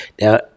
now